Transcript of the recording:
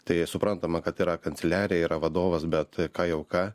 tai suprantama kad yra kancelarija yra vadovas bet ką jau ką